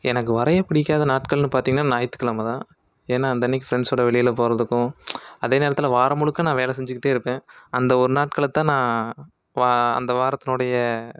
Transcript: எனக்கு வரைய பிடிக்காத நாட்கள்ன்னு பார்த்திங்கன்னா ஞாய்ற்று கிழமை தான் ஏன்னா அந்தன்னைக்கு ஃப்ரெண்ஸ்சோட வெளியில போகறதுக்கும் அதே நேரத்தில் வார முழுக்க நான் வேலை செஞ்சிகிட்டே இருப்பேன் அந்த ஒரு நாட்களைத்தான் நான் அந்த வாரத்னோடைய